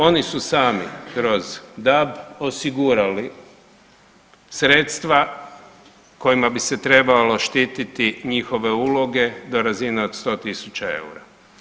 Oni su sami kroz DAB osigurali sredstva kojima bi se trebalo štiti njihove uloge do razine od 100 000 eura.